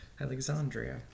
Alexandria